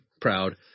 proud